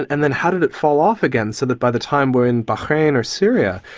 and then how did it fall off again so that by the time we are in bahrain or syria,